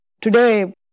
today